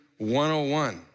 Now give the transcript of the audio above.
101